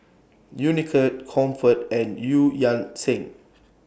Unicurd Comfort and EU Yan Sang